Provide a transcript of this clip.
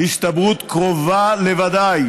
הסתברות קרובה לוודאות